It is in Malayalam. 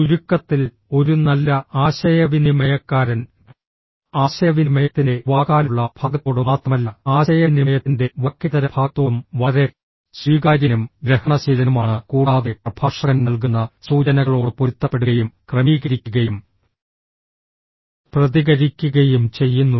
ചുരുക്കത്തിൽ ഒരു നല്ല ആശയവിനിമയക്കാരൻ ആശയവിനിമയത്തിന്റെ വാക്കാലുള്ള ഭാഗത്തോട് മാത്രമല്ല ആശയവിനിമയത്തിന്റെ വാക്കേതര ഭാഗത്തോടും വളരെ സ്വീകാര്യനും ഗ്രഹണശീലനുമാണ് കൂടാതെ പ്രഭാഷകൻ നൽകുന്ന സൂചനകളോട് പൊരുത്തപ്പെടുകയും ക്രമീകരിക്കുകയും പ്രതികരിക്കുകയും ചെയ്യുന്നു